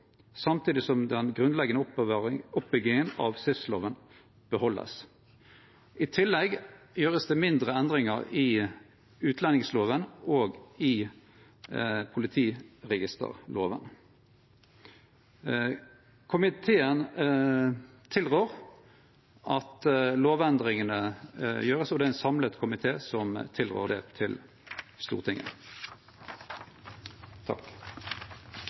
samtidig som den grunnleggjande oppbygginga i SIS-loven vert behalden. I tillegg vert det gjort mindre endringar i utlendingsloven og i politiregisterloven. Komiteen tilrår at lovendringane vert gjorde, og det er ein samla komité som tilrår det til Stortinget.